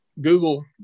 Google